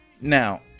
now